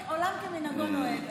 פתאום עולם כמנהגו נוהג,